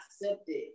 accepted